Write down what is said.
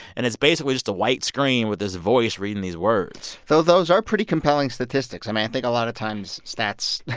and it's basically just a white screen with this voice reading these words though, those are pretty compelling statistics. i mean, i think a lot of times stats,